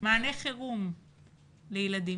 מענה חירום לילדים,